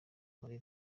marie